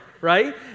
right